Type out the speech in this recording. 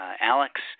Alex